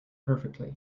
perfectly